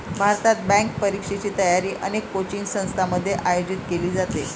भारतात, बँक परीक्षेची तयारी अनेक कोचिंग संस्थांमध्ये आयोजित केली जाते